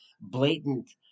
blatant